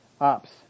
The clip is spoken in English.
OPS